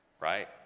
right